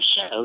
show